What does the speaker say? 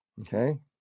Okay